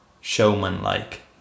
showman-like